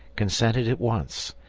consented at once,